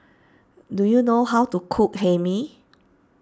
do you know how to cook Hae Mee